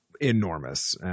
enormous